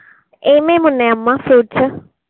ఏమేమి ఉన్నాయమ్మ ఫ్రూట్స్